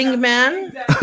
man